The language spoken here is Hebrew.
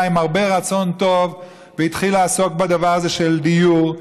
בא עם הרבה רצון טוב והתחיל לעסוק בדבר הזה של דיור.